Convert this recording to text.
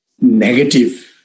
negative